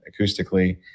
acoustically